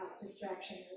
distraction